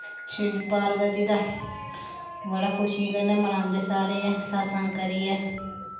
शिवजी पार्वती दा बड़ा खुशियें कन्नै बनांदे सारे गै सत्संग करियै